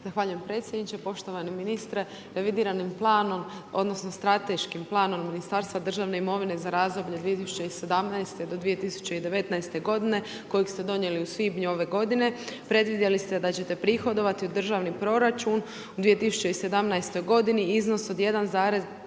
Zahvaljujem predsjedniče. Poštovani ministre, revidiranim planom, odnosno, strateškim planom Ministarstva državne imovine, za razdoblje 2017.-2019. kojeg ste donijeli u svibnju ove godine, predvidjeli ste da ćete prihodovati u državni proračun u 2017. godini, iznos od 1,7